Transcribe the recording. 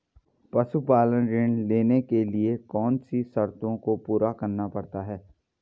पशुपालन ऋण लेने के लिए कौन सी शर्तों को पूरा करना पड़ता है?